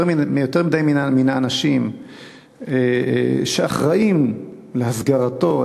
יותר מדי מן האנשים שאחראים להסגרתו,